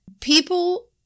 People